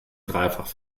dreifach